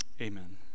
amen